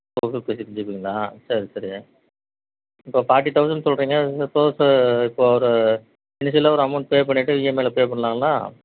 to fifty six ஜிபிங்களா சரி சரி இப்போ ஃபாட்டி தௌசண்ட் சொல்கிறீங்க அது வந்து சப்போஸ் இப்போது ஒரு இனிஷியலாக ஒரு அமௌண்ட் பே பண்ணிகிட்டு இஎம்ஐவில் பே பண்ணலாங்களா